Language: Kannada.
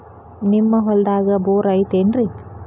ನಿಮ್ಮ ಹೊಲ್ದಾಗ ಬೋರ್ ಐತೇನ್ರಿ?